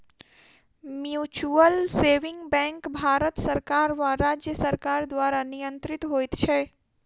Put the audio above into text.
mutual saving bank Bharat सरकार वा राज्य सरकार द्वारा नियंत्रित होइत छै